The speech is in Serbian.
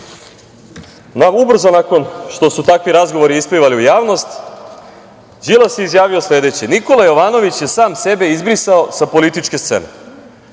nakon što su takvi razgovori isplivali u javnost, Đilas je izjavio sledeće – Nikola Jovanović je sam sebe izbrisao sa političke scene.